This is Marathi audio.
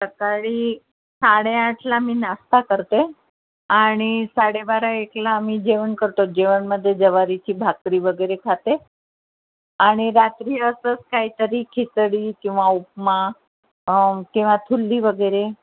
सकाळी साडेआठला मी नाश्ता करते आणि साडेबारा एकला आम्ही जेवण करतो जेवणामध्ये ज्वारीची भाकरी वगैरे खाते आणि रात्री असंच काहीतरी खिचडी किंवा उपमा म किंवा थुल्ली वगैरे